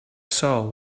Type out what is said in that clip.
saw